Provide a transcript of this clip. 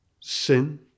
sin